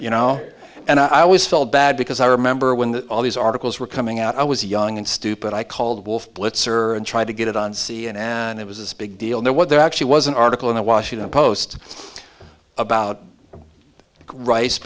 you know and i always felt bad because i remember when all these articles were coming out i was young and stupid i called wolf blitzer and tried to get it on c n n and it was this big deal that what there actually was an article in the washington post about rice